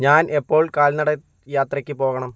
ഞാൻ എപ്പോൾ കാൽനട യാത്രയ്ക്ക് പോകണം